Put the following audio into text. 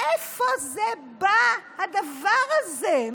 מאיפה זה בא הדבר הזה?